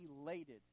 elated